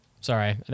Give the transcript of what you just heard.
Sorry